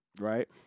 right